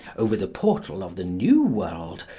over the portal of the new world,